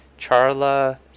Charla